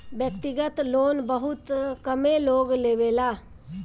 व्यक्तिगत लोन बहुत कमे लोग लेवेला